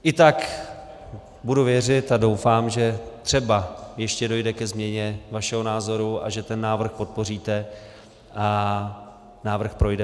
I tak budu věřit a doufám, že třeba ještě dojde ke změně vašeho názoru a že ten návrh podpoříte a návrh projde.